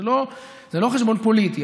זה לא חשבון פוליטי,